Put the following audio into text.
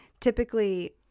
typically